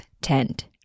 tent